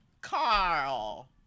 Carl